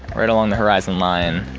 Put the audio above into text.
right along the horizon line,